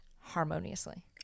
harmoniously